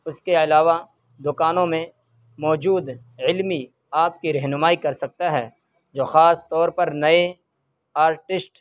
اس کے علاوہ دکانوں میں موجود علمی آپ کی رہنمائی کر سکتا ہے جو خاص طور پر نئے آرٹسٹ